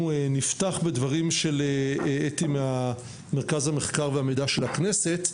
אנחנו נפתח בדברים של אתי ממרכז המחקר והמידע של הכנסת,